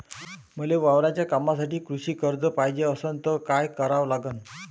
मले वावराच्या कामासाठी कृषी कर्ज पायजे असनं त काय कराव लागन?